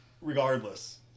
regardless